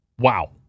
Wow